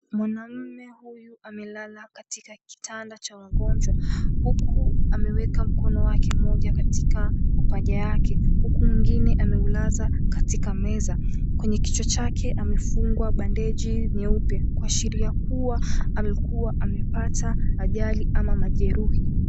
Mwanaume huyu amelala katika kitanda cha wagonjwa huku ameweka mkono wake mmoja katika mapaja yake huku mwingine ameulaza katika meza. Kwenye kichwa chake amefungwa bandeji nyeupe kuashiria kuwa amekua amepata ajali ama majeruhi.